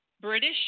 British